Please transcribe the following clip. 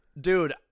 Dude